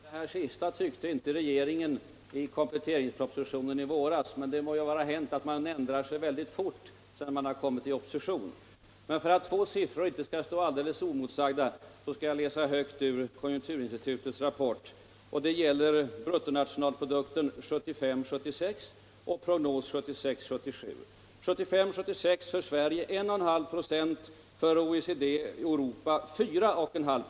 Herr talman! Den här uppfattningen uttryckte inte den gamla regeringen i kompletteringspropositionen i våras. Men det må vara hänt att man ändrar sig väldigt fort sedan man kommit i opposition. För att två siffror inte skall stå helt oemotsagda skall jag läsa ur konjunkturinstitutets rapport. Det gäller bruttonationalprodukten 1975-1976 och prognos 1976-1977. 1975-1976 ökade bruttonationalprodukten i Sverige med 1,5 26 och för OECD-Europa med 4,5 26.